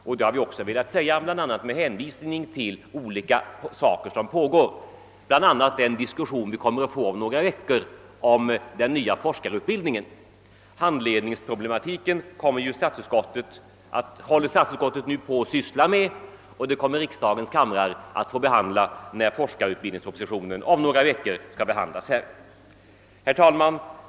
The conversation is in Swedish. Vidare hänvisar vi bl.a. till den diskussion vi kommer att få om några veckor om den nya forskarutbildningen. Handledningsproblematiken behandlas just nu av statsutskottet, och denna fråga får tas upp av riksdagen när forskarutbildningspropositionen skall behandlas. Herr talman!